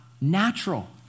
natural